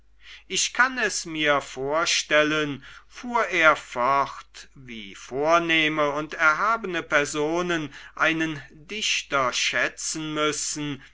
ich kann es mir vorstellen fuhr er fort wie vornehme und erhabene personen einen dichter schätzen müssen